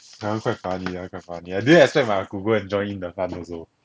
that one quite funny lah quite funny I didn't expect my ah gu go and join in the fun also